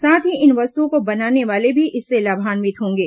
साथ ही इन वस्तुओं को बनाने वाले भी इससे लाभान्वित होंगे